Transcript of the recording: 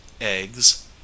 eggs